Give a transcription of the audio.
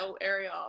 area